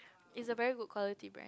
it's a very good quality brand